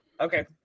Okay